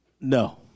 No